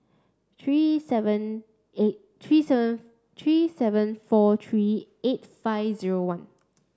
three seven eight three seven three seven four three eight five zero one